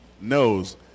knows